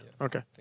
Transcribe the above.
Okay